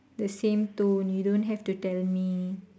the same tone you don't have to tell me